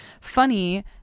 funny